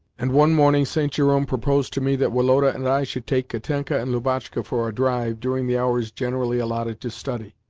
and one morning st. jerome proposed to me that woloda and i should take katenka and lubotshka for a drive during the hours generally allotted to study.